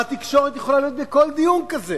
והתקשורת יכולה להיות בכל דיון כזה,